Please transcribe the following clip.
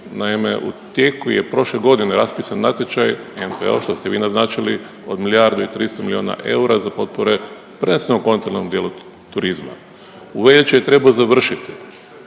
Naime, u tijeku je prošle godine raspisan natječaj NPOO, što ste vi naznačili, od milijardu i 300 milijuna eura za potpore …/Govornik se ne razumije./…kontinentalnom dijelu turizma. U veljači je trebao završiti,